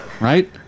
Right